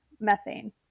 methane